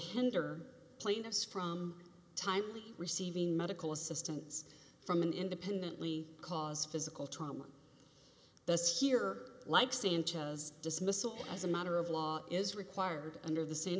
hinder plaintiffs from time receiving medical assistance from an independently cause physical trauma this year like sanchez dismissal as a matter of law is required under the s